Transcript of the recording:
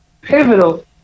pivotal